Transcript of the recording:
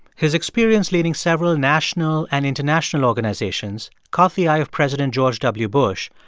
his experience leading several national and international organizations caught the eye of president george w. bush,